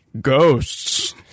ghosts